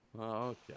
okay